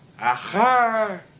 Aha